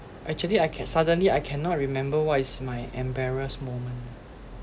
actually I can suddenly I cannot remember what is my embarrass moment